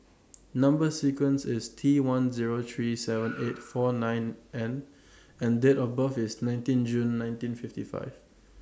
Number sequence IS T one Zero three seven eight four nine N and Date of birth IS nineteen June nineteen fifty five